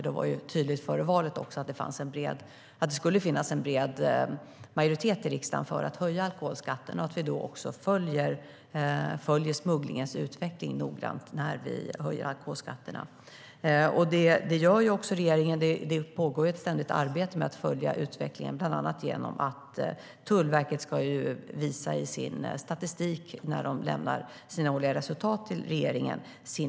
Det var tydligt före valet att det skulle finnas en bred majoritet i riksdagen för att höja alkoholskatten och att följa smugglingens utveckling noggrant när vi höjer denna skatt. Det pågår ett ständigt arbete i regeringen med att följa utvecklingen, bland annat genom att Tullverket visar sin beslagsstatistik när de lämnar sina årliga resultat till regeringen.